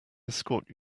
escort